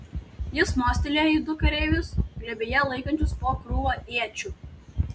jis mostelėjo į du kareivius glėbyje laikančius po krūvą iečių